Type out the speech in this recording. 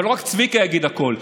אבל לא רק צביקה יגיד הכול,